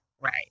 Right